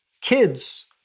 kids